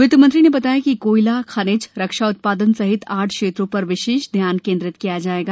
वित्तमंत्री ने बताया कि कोयला खनिज रक्षा उत्पादन सहित आठ क्षेत्रों पर विशेष ध्यान केंद्रित किया जाएगा